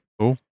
Cool